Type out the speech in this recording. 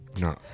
No